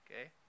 Okay